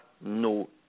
no